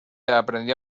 aprendió